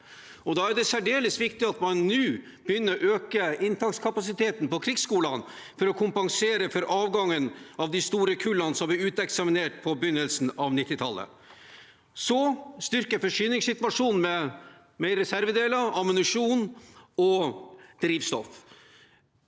Da er det særdeles viktig at man nå begynner å øke inntakskapasiteten på krigsskolene for å kompensere for avgangen av de store kullene som ble uteksaminert på begynnelsen av 1990-tallet. Videre vil vi styrke forsyningssituasjonen med mer reservedeler, ammunisjon og drivstoff.